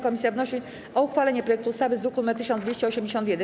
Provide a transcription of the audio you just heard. Komisja wnosi o uchwalenie projektu ustawy z druku nr 1281.